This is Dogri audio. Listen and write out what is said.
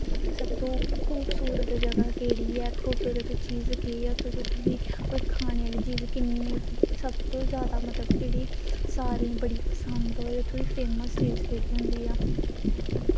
सब तू खूबसूरत जगह केह्ड़ी ऐ खूबसूरत चीज केह् ऐ उत्थुं दी कोई खानै आह्ली चीज सब तू जैदा केह्ड़ी सारें गी बड़ी पसंद होऐ ते उत्थें दी फेमस चीज केह्ड़ी ऐ